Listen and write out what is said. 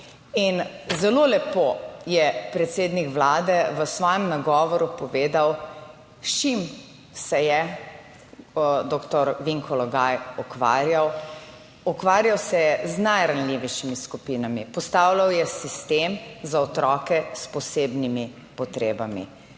zelo lepo je predsednik Vlade v svojem nagovoru povedal, s čim se je doktor Vinko Logaj ukvarjal. Ukvarjal se je z najranljivejšimi skupinami, postavljal je sistem za otroke s posebnimi potrebami.